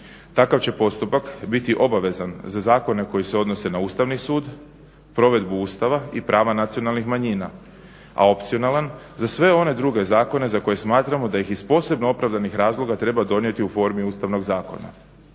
Takav će postupak biti obavezan za zakone koji se odnose na Ustavni sud, provedbu Ustava i prava nacionalnih manjina, a opcionalan za sve one druge zakone za koje smatramo da ih iz posebno opravdanih razloga treba donijeti u formi Ustavnog zakona.